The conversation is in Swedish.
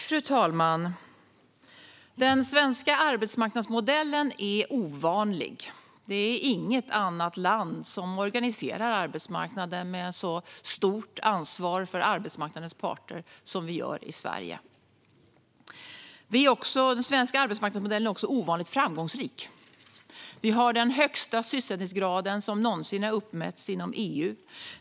Fru talman! Den svenska arbetsmarknadsmodellen är ovanlig; det är inget annat land som organiserar arbetsmarknaden med så stort ansvar för arbetsmarknadens parter som vi gör i Sverige. Den svenska arbetsmarknadsmodellen är också ovanligt framgångsrik. Vi har den högsta sysselsättningsgrad som någonsin har uppmätts inom EU.